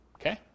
Okay